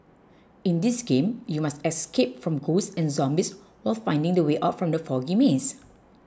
in this game you must escape from ghosts and zombies while finding the way out from the foggy maze